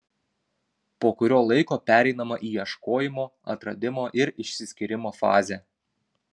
po kurio laiko pereinama į ieškojimo atradimo ir išsiskyrimo fazę